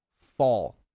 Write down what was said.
fall